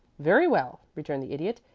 very well, returned the idiot.